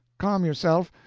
calm yourself.